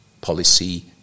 policy